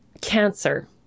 Cancer